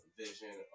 vision